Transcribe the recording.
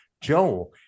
joel